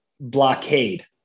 blockade